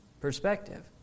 perspective